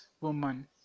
woman